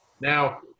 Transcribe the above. Now